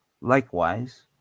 Likewise